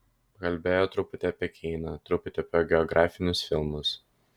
pakalbėjo truputį apie keiną truputį apie biografinius filmus